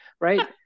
right